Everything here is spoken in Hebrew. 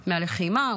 מהלחימה,